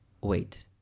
Wait